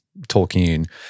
Tolkien